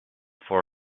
for